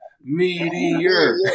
meteor